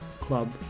club